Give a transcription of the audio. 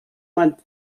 man